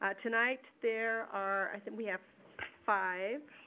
ah tonight there are, i think we have five,